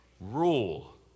rule